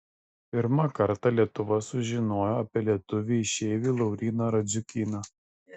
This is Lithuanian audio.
pirmą kartą lietuva sužinojo apie lietuvį išeivį lauryną radziukyną